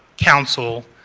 counsel